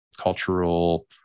cultural